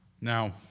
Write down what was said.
Now